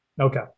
Okay